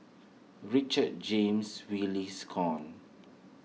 Richard James release come